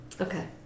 Okay